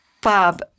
Bob